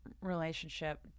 relationship